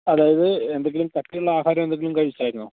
അതായത് എന്തെങ്കിലും കട്ടിയുള്ള ആഹാരമെന്തെങ്കിലും കഴിച്ചായിരുന്നുവോ